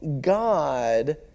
God